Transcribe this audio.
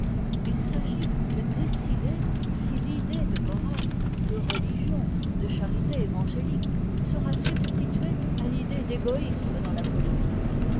il s'agit de décider si l'idée de morale de religion de charité évangélique sera substituée à l'idée d'égoïsme dans la politique